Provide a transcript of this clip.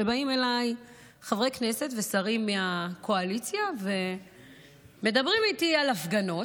באים אליי חברי כנסת ושרים מהקואליציה ומדברים איתי על הפגנות,